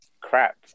crap